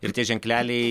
ir tie ženkleliai